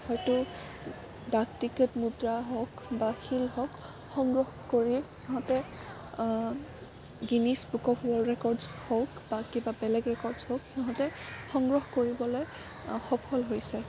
হয়তো ডাক টিকট মুদ্ৰা হওক বা শিল হওক সংগ্ৰহ কৰি সিহঁতে Guinness Book of World Records হওক বা কিবা বেলেগ ৰেকৰ্ডছ হওক সিহঁতে সংগ্ৰহ কৰিবলৈ সফল হৈছে